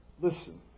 Listen